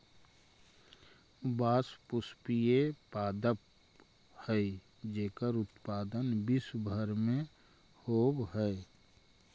बाँस पुष्पीय पादप हइ जेकर उत्पादन विश्व भर में होवऽ हइ